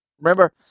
Remember